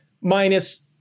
minus